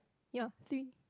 ya three